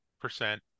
percent